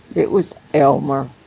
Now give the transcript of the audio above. it was elmer